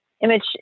image